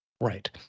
Right